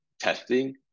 testing